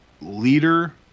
leader